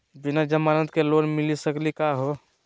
बिना जमानत के लोन मिली सकली का हो?